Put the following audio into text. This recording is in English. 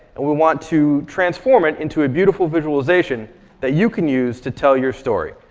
and we want to transform it into a beautiful visualization that you can use to tell your story.